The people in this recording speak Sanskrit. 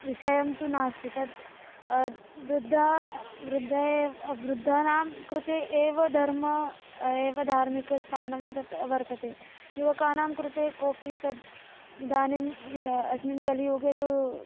विषयः तु नास्ति तत् वृद्धाः वृद्धः एव वृद्धानां कृते एव धर्मः एव धार्मिकस्थानं तत् वर्तते युवकानां कृते कोपि तद् इदानीम् अस्मिन् कलियुगे तु